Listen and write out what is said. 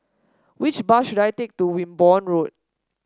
which bus should I take to Wimborne Road